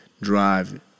drive